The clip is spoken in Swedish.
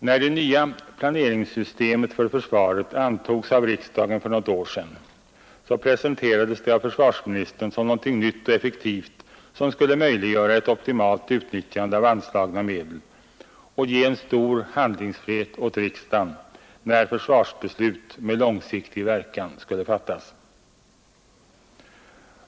När det nya planeringssystemet för försvaret antogs av riksdagen för något år sedan presenterades det av försvarsministern som någonting nytt och effektivt som skulle möjliggöra ett optimalt utnyttjande av anslagna medel och ge en stor handlingsfrihet åt riksdagen när försvarsbeslut med långsiktig verkan skulle fattas.